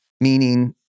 meaning